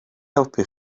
helpu